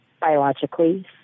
biologically